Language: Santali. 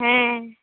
ᱦᱮᱸ